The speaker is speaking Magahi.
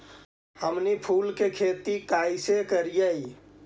हमनी फूल के खेती काएसे करियय?